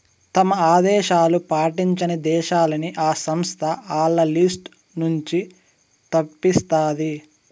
తమ ఆదేశాలు పాటించని దేశాలని ఈ సంస్థ ఆల్ల లిస్ట్ నుంచి తప్పిస్తాది